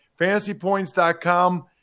FantasyPoints.com